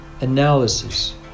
analysis